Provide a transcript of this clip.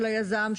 של היזם,